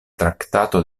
traktato